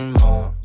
more